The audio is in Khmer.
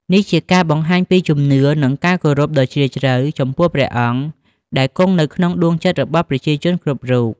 នេះជាការបង្ហាញពីជំនឿ និងការគោរពដ៍ជ្រាលជ្រៅចំពោះព្រះអង្គដែលគង់នៅក្នុងដួងចិត្តរបស់ប្រជាជនគ្រប់រូប។